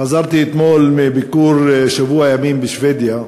חזרתי אתמול מביקור של שבוע ימים בשבדיה,